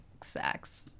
sex